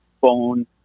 phone